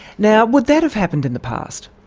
now would that have happened in the past?